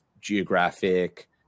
geographic